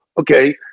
Okay